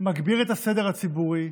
מגביר את הסדר הציבורי,